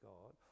God